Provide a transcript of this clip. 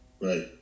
Right